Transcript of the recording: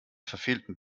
verfehlten